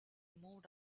moved